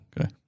Okay